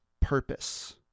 purpose